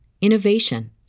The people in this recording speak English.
innovation